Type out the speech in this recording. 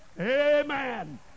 Amen